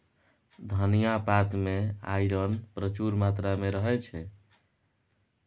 धनियाँ पात मे आइरन प्रचुर मात्रा मे रहय छै